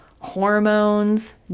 hormones